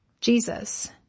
Jesus